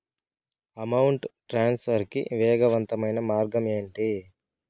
amount transfer కి వేగవంతమైన మార్గం ఏంటి